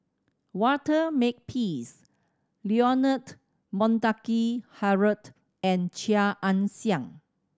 Walter Makepeace Leonard Montague Harrod and Chia Ann Siang